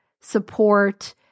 support